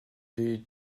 des